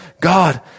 god